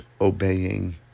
obeying